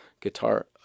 guitar